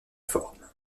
forme